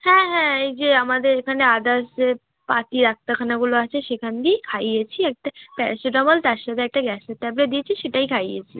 হ্যাঁ হ্যাঁ এই যে আমাদের এখানে আদার্স যে পাতি ডাক্তাখানাগুলো আছে সেখান দিয়েই খাইয়েছি একটা প্যারাসিটামল তার সাথে একটা গ্যাসের ট্যাবলেট দিয়েছি সেটাই খাইয়েছি